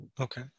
Okay